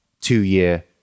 two-year